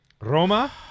Roma